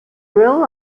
role